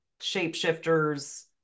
shapeshifters